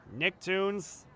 Nicktoons